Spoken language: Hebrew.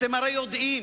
אתם הרי יודעים